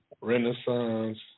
Renaissance